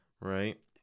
right